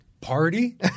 Party